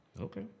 Okay